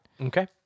Okay